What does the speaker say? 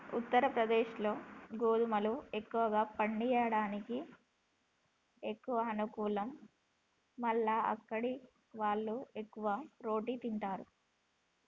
ఉత్తరప్రదేశ్లో గోధుమలు ఎక్కువ పండియడానికి ఎక్కువ అనుకూలం మల్ల అక్కడివాళ్లు ఎక్కువ రోటి తింటారు